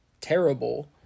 terrible